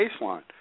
Baseline –